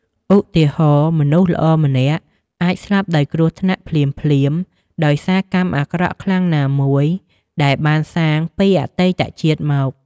ឧទាហរណ៍ មនុស្សល្អម្នាក់អាចស្លាប់ដោយគ្រោះថ្នាក់ភ្លាមៗដោយសារកម្មអាក្រក់ខ្លាំងណាមួយដែលបានសាងពីអតីតជាតិមក។